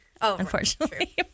unfortunately